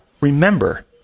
Remember